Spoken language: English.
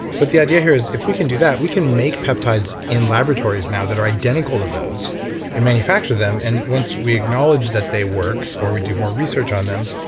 but the idea here is if we can do that, we can make peptides in laboratories now that are identical to those and manufacture them. and once we acknowledge that they work or we do more research on them,